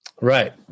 Right